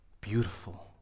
beautiful